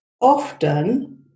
often